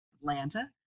Atlanta